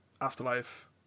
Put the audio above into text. Afterlife